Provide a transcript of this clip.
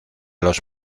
los